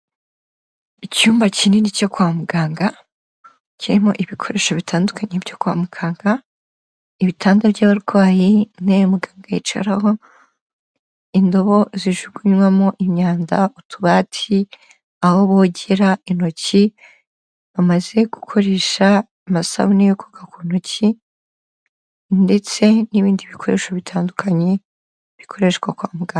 Icyumba kinini cyo kwa muganga kirimo ibikoresho bitandukanye byo kwa muganga, ibitanda by'abarwayi, intebe muganga yicaraho, indobo zijugunywamo imyanda, utubati, aho bogera intoki, bamaze gukoresha amasabune yo koga ku ntoki ndetse n'ibindi bikoresho bitandukanye, bikoreshwa kwa muganga.